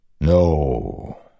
No